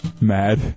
mad